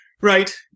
Right